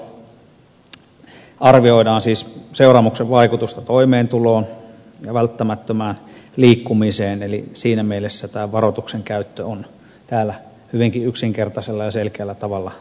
ammattikuljettajien kohdalla arvioidaan siis seuraamuksen vaikutusta toimeentuloon ja välttämättömään liikkumiseen eli siinä mielessä tämä varoituksen käyttö on täällä hyvinkin yksinkertaisella ja selkeällä tavalla määritelty